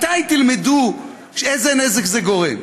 מתי תלמדו איזה נזק זה גורם?